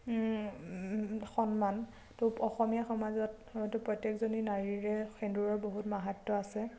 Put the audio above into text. সন্মান ত অসমীয়া সমাজত হয়তো প্ৰত্যেকজনী নাৰীৰে সেন্দুৰৰ বহুত মাহাত্য আছে